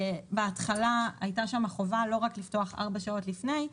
בהתחלה הייתה שם חובה לא רק לפתוח ארבע שעות לפני,